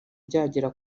byagera